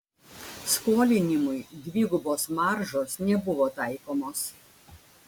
skolinimui dvigubos maržos nebuvo taikomos